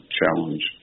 challenge